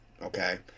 okay